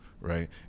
right